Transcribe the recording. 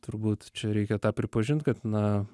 turbūt čia reikia tą pripažint kad na